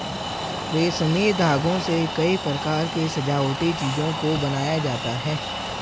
रेशमी धागों से कई प्रकार के सजावटी चीजों को बनाया जाता है